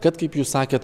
kad kaip jūs sakėt